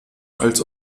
als